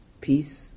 peace